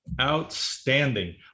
Outstanding